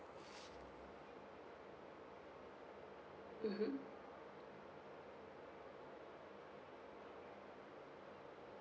mmhmm